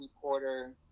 Porter